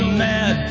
mad